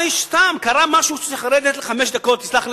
סתם, קרה משהו שאדם צריך לרדת לחמש דקות, תסלח לי,